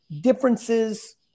differences